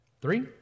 Three